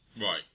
Right